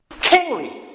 Kingly